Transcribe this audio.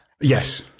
Yes